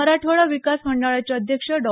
मराठवाडा विकास मंडळाचे अध्यक्ष डॉ